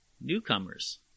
newcomers